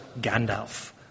Gandalf